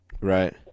Right